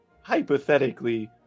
hypothetically